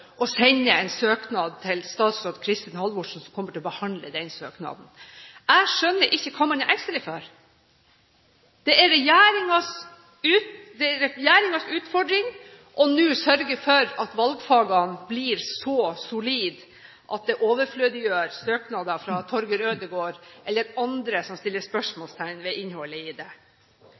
å sende en søknad til statsråd Kristin Halvorsen, som kommer til å behandle søknaden. Jeg skjønner ikke hva man er engstelig for. Det er regjeringens utfordring nå å sørge for at valgfagene blir så solide at det overflødiggjør søknader fra Torger Ødegaard eller andre som setter spørsmålstegn ved innholdet i dem. For Høyre er det